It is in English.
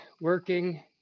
working